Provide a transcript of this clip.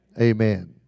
Amen